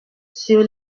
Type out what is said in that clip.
sur